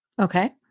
Okay